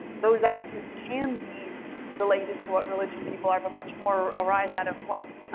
those attitudes can be related to what religion people are but much more arise out of what,